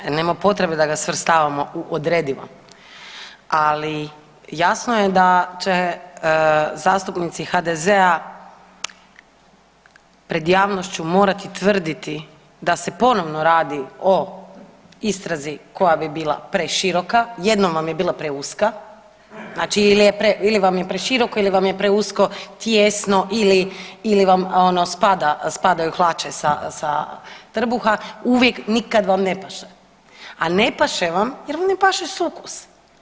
Nema potrebe da ga svrstavamo u odredivo, ali jasno je da će zastupnici HDZ-a pred javnošću morati tvrditi da se ponovno radi o istrazi koja bi bila preširoka, jednom vam je bila preuska, znači ili vam je preširoko ili vam je preusko, tijesno ili, ili vam ono spada, spadaju hlače sa, sa trbuha uvijek, nikad vam ne paše, a ne paše vam jer vam ne paše sukus.